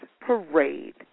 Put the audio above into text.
parade